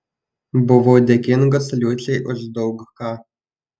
buvau dėkingas liucei už daug ką